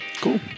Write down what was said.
Cool